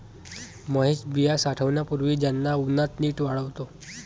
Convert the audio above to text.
महेश बिया साठवण्यापूर्वी त्यांना उन्हात नीट वाळवतो